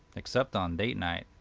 except on date night.